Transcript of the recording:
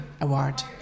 award